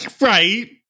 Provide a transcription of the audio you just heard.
Right